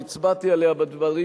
והצבעתי עליה בדברי,